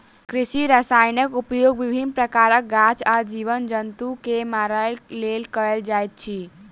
कृषि रसायनक उपयोग विभिन्न प्रकारक गाछ आ जीव जन्तु के मारय लेल कयल जाइत अछि